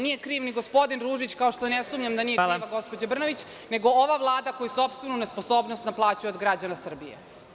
Nije kriv ni gospodin Ružić, kao što i ne sumnjam da nije kriva ni gospođa Brnabić, nego ova Vlada koja sopstvenu nesposobnost naplaćuje od građana Srbije.